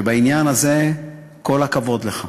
שבעניין הזה, כל הכבוד לך.